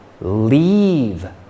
leave